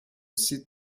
site